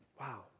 Wow